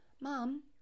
mom